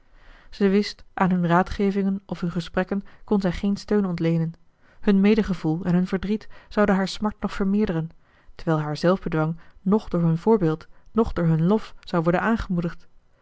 zij wist aan hun raadgevingen of hun gesprekken kon zij geen steun ontleenen hun medegevoel en hun verdriet zouden haar smart nog vermeerderen terwijl haar zelfbedwang noch door hun voorbeeld noch door hun lof zou worden aangemoedigd